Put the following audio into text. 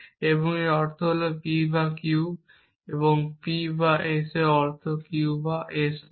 এবং এর অর্থ হল P বা Q এবং P বা S এর অর্থ Q বা S নয়